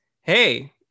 Hey